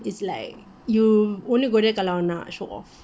is like you only go there kalau nak show off